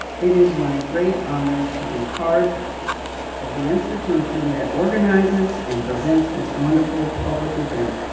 it is my great honor to be part of the institution that organizes, and presents this wonderful public event.